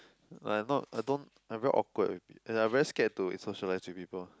like I'm not I don't I'm very awkward with pe~ and I very scared to socialize with people